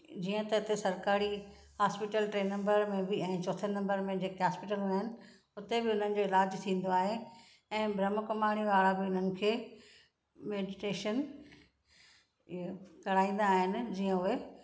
जीअं त हुते सरकारी हॉस्पिटल टे नंबर में बि ऐं चोथे नंबर में जेका हॉस्पिटलूं आहिनि हुते बि हुननि जो इलाजु थींदो आहे ऐं ब्रहम कुमारी वारा बि हुननि खे मेडिटेशन कराईंदा आहिनि जीअं उहे